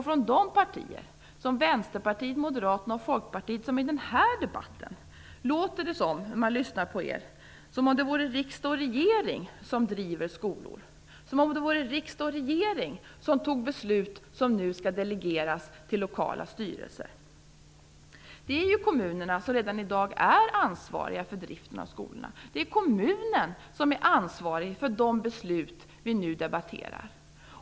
På de partierna - Vänsterpartiet, Moderaterna och Folkpartiet - låter det, när man lyssnar på dem i den här debatten, som om riksdag och regering driver skolor och fattar de beslut som nu skall delegeras till lokala styrelser. Redan i dag är kommunen ansvarig för driften av skolorna. Det är kommunen som är ansvarig för de beslut som vi nu debatterar.